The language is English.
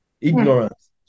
ignorance